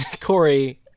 Corey